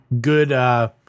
Good